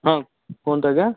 ହଁ କୁହଁନ୍ତୁ ଆଜ୍ଞା